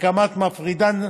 הקמת מפרידן ציפורי,